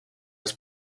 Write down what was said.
was